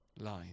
line